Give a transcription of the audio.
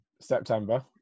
september